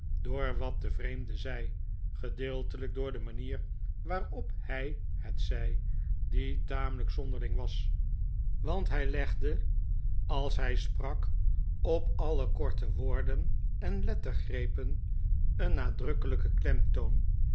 door wat de vreemde zei gedeeltelijk door de manier waarop hij het zei die tamelijk zonderling was want hij legde als hij sprak op alle korte woorden en lettergrepen een nadrukkelijken klemtoon